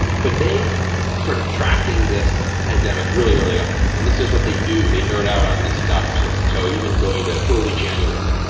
but they started tracking this pandemic really early on. and this is what they do. they nerd out on this stuff. and so even going to early january,